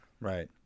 right